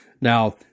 Now